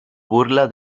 burla